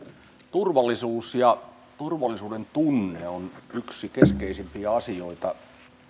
turvallisuus ja turvallisuudentunne on yksi keskeisimpiä asioita